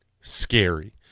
scary